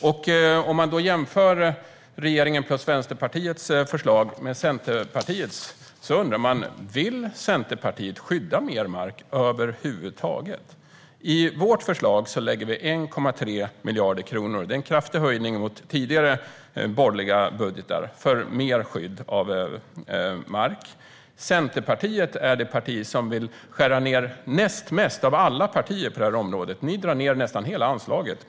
Om man jämför regeringens plus Vänsterpartiets förslag med Centerpartiets förslag undrar man om Centerpartiet över huvud taget vill skydda mer mark. I vårt förslag avsätter vi 1,3 miljarder kronor för mer skydd av mark. Det är en kraftig höjning jämfört med tidigare borgerliga budgetar. Centerpartiet är det parti som vill skära ned näst mest av alla partier på detta område. Ni vill dra ned nästan hela anslaget.